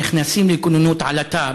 נכנסים לכוננות עלטה,